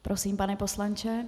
Prosím, pane poslanče.